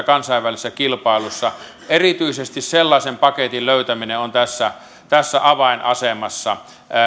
kansainvälisessä kilpailussa erityisesti sellaisen paketin löytäminen on tässä avainasemassa